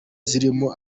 zirimo